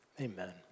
amen